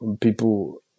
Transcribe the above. people